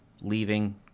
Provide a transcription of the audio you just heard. leaving